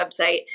website